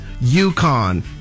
Yukon